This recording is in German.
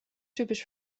typisch